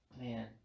Man